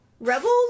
Rebels